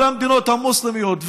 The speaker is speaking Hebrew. כל המדינות המוסלמיות,